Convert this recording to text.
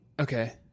Okay